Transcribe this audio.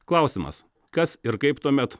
klausimas kas ir kaip tuomet